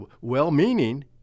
well-meaning